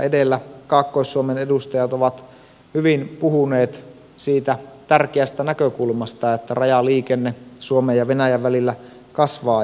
edellä kaakkois suomen edustajat ovat hyvin puhuneet siitä tärkeästä näkökulmasta että rajaliikenne suomen ja venäjän välillä kasvaa